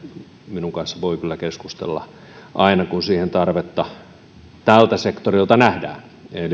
minun kanssani voi kyllä keskustella aina kun siihen tarvetta tältä sektorilta nähdään